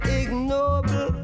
ignoble